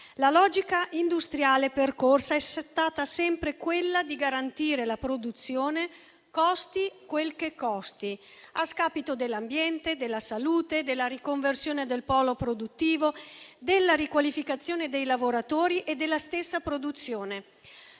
La logica industriale percorsa è stata sempre quella di garantire la produzione, costi quel che costi, a scapito dell'ambiente, della salute, della riconversione del polo produttivo, della riqualificazione dei lavoratori e della stessa produzione,